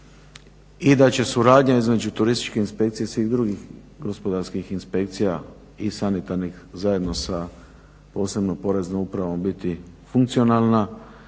I da će suradnja između Turističke inspekcije i svih drugih gospodarskih inspekcija i sanitarnih zajedno sa posebno Poreznom upravom biti funkcionalna